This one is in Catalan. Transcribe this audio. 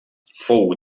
fou